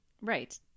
right